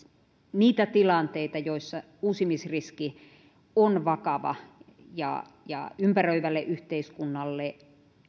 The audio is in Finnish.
niitä tilanteita joissa uusimisriski on vakava ja ja ympäröivälle yhteiskunnalle